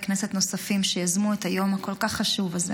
כנסת נוספים שיזמו את היום החשוב כל כך הזה.